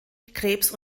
krebs